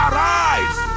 Arise